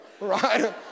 right